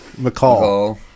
McCall